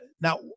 now